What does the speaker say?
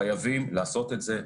חייבים לעשות את זה.